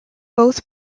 both